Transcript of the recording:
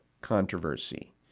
controversy